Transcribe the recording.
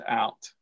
out